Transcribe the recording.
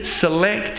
select